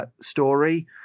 story